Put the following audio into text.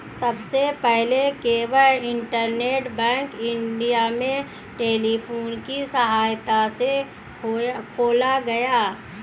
सबसे पहले केवल इंटरनेट बैंक इंग्लैंड में टेलीफोन की सहायता से खोला गया